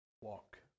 walk